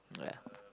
ya